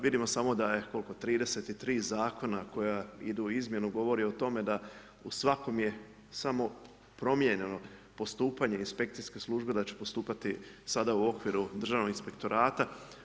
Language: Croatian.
Vidimo samo da je, koliko, 33 Zakona koja idu u izmjenu govori o tome da u svakom je samo promijenjeno postupanje Inspekcijske službe da će postupati sada u okviru Državnog inspektorata.